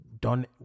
Done